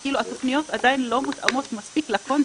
אבל התכניות עדיין לא מותאמות מספיק לקונטקסט,